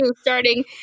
starting